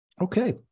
Okay